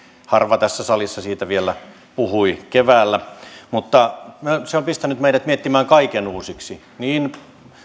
harva tässä salissa vielä puhui keväällä mutta se on pistänyt meidät miettimään kaiken uusiksi niin